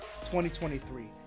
2023